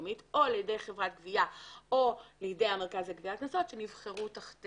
המקומית או לידי חברת גבייה או לידי המרכז לגביית קנסות שנבחרו תחת